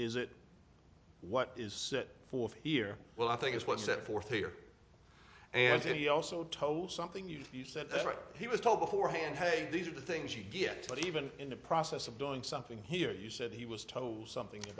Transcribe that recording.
is it what is set forth here well i think is what set forth here and he also told something you said he was told beforehand hey these are the things you get but even in the process of doing something here you said he was told something